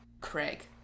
Craig